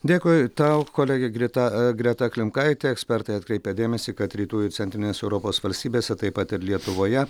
dėkui tau kolegė greta greta klimkaitė ekspertai atkreipia dėmesį kad rytų ir centrinės europos valstybėse taip pat ir lietuvoje